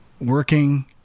working